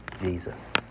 Jesus